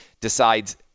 decides